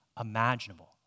imaginable